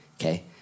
Okay